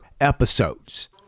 episodes